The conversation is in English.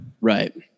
Right